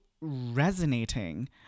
resonating